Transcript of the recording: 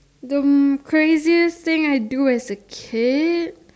the craziest thing I do as a kid